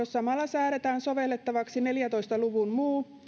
samalla säädetään sovellettavaksi neljäntoista luvun muu